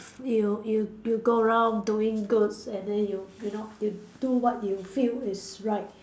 you you you go around doing goods and then you you know you do what you feel is right